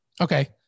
Okay